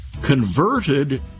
converted